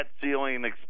ceiling